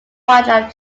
wildlife